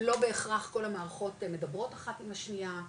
לא בהכרח כל המערכות מדברות אחת עם השנייה,